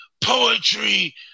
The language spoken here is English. Poetry